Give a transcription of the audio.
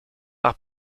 par